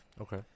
Okay